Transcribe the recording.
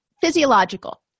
physiological